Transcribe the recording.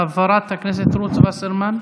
חברת הכנסת רות וסרמן,